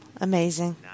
Amazing